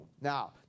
Now